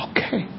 Okay